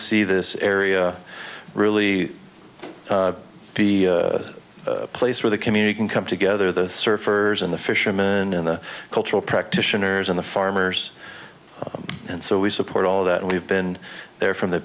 see this area really the place where the community can come together the surfers and the fishermen and the cultural practitioners in the farmers and so we support all that and we've been there from the